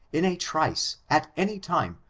in a trice, at any time,